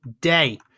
day